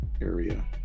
area